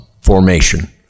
formation